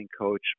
coach